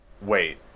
Wait